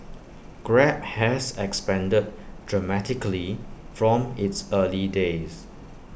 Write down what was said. grab has expanded dramatically from its early days